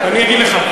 אני אגיד לך.